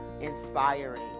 inspiring